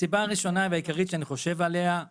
הסיבה הראשונה והעיקרית שאני חושב עליה היא